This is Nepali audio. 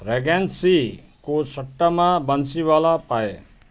रेगेन्सीको सट्टामा बन्सिवाला पाएँ